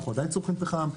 אנחנו עדיין צורכים פחם,